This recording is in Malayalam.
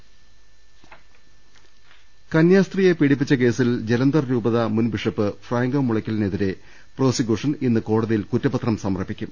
രുട്ടിട്ടിടു കന്യാസ്ത്രീയെ പീഡിപ്പിച്ച കേസിൽ ജലന്ധർ രൂപത മുൻ ബിഷപ്പ് ഫ്രാങ്കോ മുളയ്ക്കലിനെതിരെ പ്രോസിക്യൂഷൻ ഇന്ന് കോടതിയിൽ കുറ്റ പത്രം സമർപ്പിക്കും